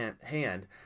hand